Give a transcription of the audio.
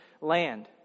land